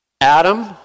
Adam